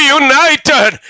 united